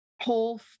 whole